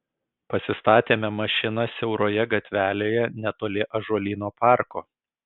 pasistatėme mašiną siauroje gatvelėje netoli ąžuolyno parko